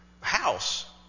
house